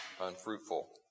unfruitful